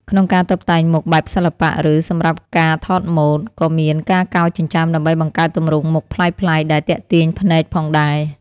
ក្នុងការតុបតែងមុខបែបសិល្បៈ ឬសម្រាប់ការថតម៉ូដ ក៏មានការកោរចិញ្ចើមដើម្បីបង្កើតទម្រង់មុខប្លែកៗដែលទាក់ទាញភ្នែកផងដែរ។